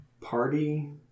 party